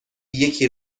یکی